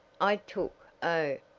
i took oh,